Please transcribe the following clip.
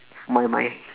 my mind